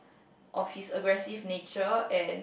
of his aggressive nature and